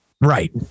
right